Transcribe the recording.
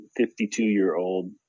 52-year-old